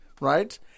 right